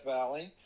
Valley